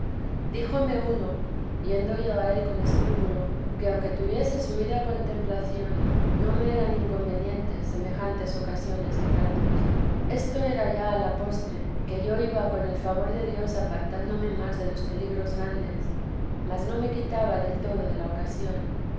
díjome uno yendo yo a él con escrúpulo que aunque tuviese subida contemplación no me eran inconvenientes semejantes ocasiones y tratos esto era ya a la postre que yo iba con el favor de dios apartándome más de los peligros grandes mas no me quitaba del todo de la ocasión